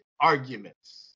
arguments